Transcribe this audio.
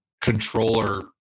controller